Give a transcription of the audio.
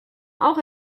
auch